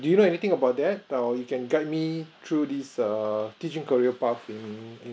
do you know anything about that or you can guide me through this err teaching career path in in